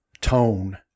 tone